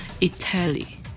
Italy